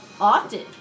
often